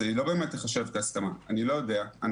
לא באמת תיחשב כהסכמה, אני לא יודע.